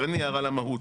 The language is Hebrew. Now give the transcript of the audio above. אין לי הערה למהות.